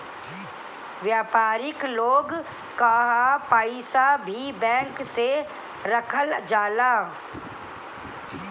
व्यापारिक लोग कअ पईसा भी बैंक में रखल जाला